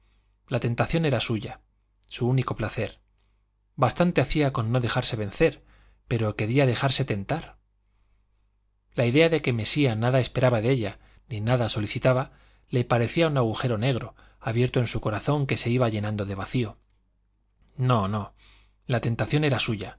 la tentación era suya su único placer bastante hacía con no dejarse vencer pero quería dejarse tentar la idea de que mesía nada esperaba de ella ni nada solicitaba le parecía un agujero negro abierto en su corazón que se iba llenando de vacío no no la tentación era suya